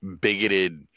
bigoted